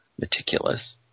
meticulous